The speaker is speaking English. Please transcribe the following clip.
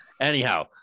anyhow